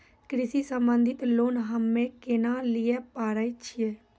कृषि संबंधित लोन हम्मय केना लिये पारे छियै?